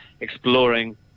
exploring